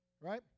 Right